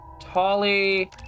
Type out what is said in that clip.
Tali